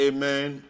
Amen